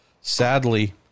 sadly